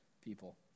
people